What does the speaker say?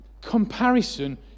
Comparison